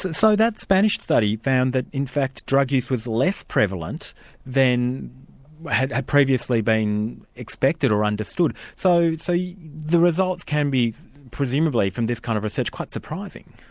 so that spanish study found that in fact drug use was less prevalent than had had previously been expected or understood. so so yeah the results can be presumably from this kind of research, quite surprising.